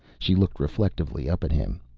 she looked reflectively up at him.